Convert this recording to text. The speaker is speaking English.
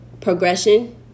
progression